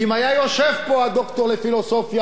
ואם היה יושב פה הדוקטור לפילוסופיה,